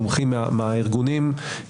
מהמומחים,